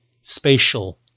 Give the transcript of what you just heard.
spatial